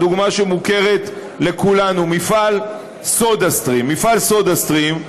דוגמה שמוכרת לכולנו: מפעל סודה סטרים.